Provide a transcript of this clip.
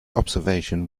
observation